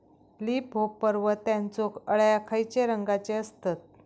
Leaf hopper व त्यानचो अळ्या खैचे रंगाचे असतत?